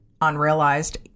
unrealized